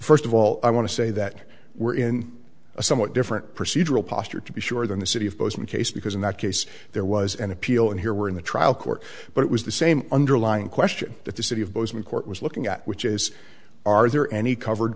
first of all i want to say that we're in a somewhat different procedural posture to be sure than the city of bozeman case because in that case there was an appeal and here we're in the trial court but it was the same underlying question that the city of bozeman court was looking at which is are there any covered